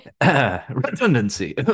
Redundancy